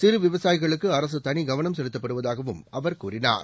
சிறுவிவசாயிகளுக்குஅரசுதனிகவனம் செலுத்தப்படுவதாகஅவர் கூறினார்